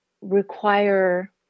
require